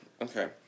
Okay